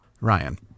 ryan